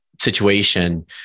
situation